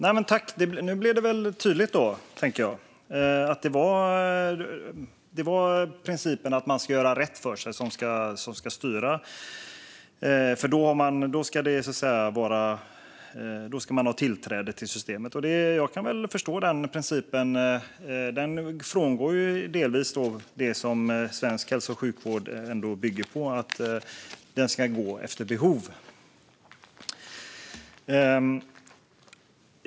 Fru talman! Nu blev det tydligt att det är principen att man ska göra rätt för sig som ska styra. Då ska man ha tillträde till systemet. Jag kan väl förstå den principen. Den frångår ändå delvis det som svensk hälso och sjukvård bygger på, nämligen att vård ska ges efter behov.